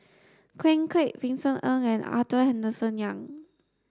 Ken Kwek Vincent Ng and Arthur Henderson Young